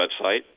website